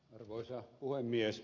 arvoisa puhemies